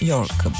York